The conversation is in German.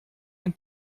ein